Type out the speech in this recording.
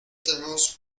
tenemos